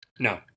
No